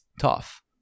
tough